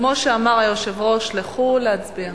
כמו שאמר היושב-ראש, לכו להצביע.